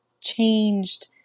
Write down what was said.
changed